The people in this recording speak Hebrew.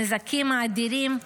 הנזקים האדירים,